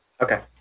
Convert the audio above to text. Okay